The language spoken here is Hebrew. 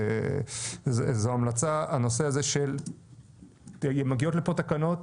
זו המלצה על הנושא הזה שמגיעות לפה תקנות